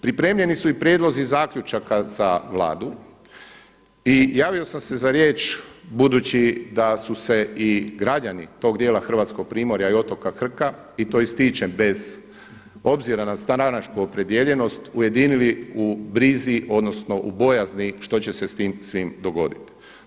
Pripremljeni su i prijedlozi zaključaka za Vladu i javio sam se za riječ budući da su se i građani tog dijela Hrvatskog primorja i otoka Krka i to ističem bez obzira na stranačku opredijeljenost ujedinili u brizi odnosno u bojazni što će se sa svim tim dogoditi.